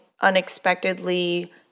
unexpectedly